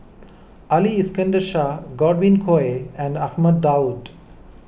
Ali Iskandar Shah Godwin Koay and Ahmad Daud